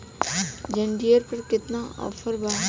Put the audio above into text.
John Deere पर केतना offer बा?